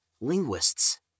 linguists